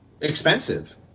expensive